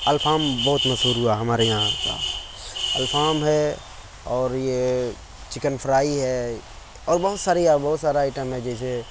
الفام بہت مشہور ہُوا ہمارے یہاں کا الفہام ہے اور یہ چِکن فرائی ہے اور بہت ساری یا بہت سارا آئٹم ہے جیسے